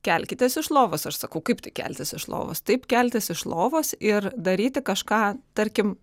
kelkitės iš lovos aš sakau kaip tai keltis iš lovos taip keltis iš lovos ir daryti kažką tarkim